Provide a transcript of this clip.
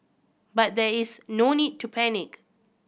but there is no need to panic